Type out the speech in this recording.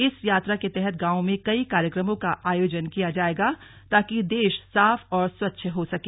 इस यात्रा के तहत गांवों में कई कार्यक्रमों का आयोजन किया जाएगा ताकि देश साफ और स्वच्छ हो सके